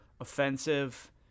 offensive